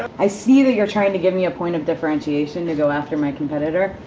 i see that you're trying to give me a point of differentiation to go after my competitor.